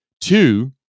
Two